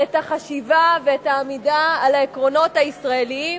את החשיבה ואת העמידה על העקרונות הישראליים.